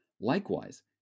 Likewise